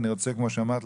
וכמו שאמרת,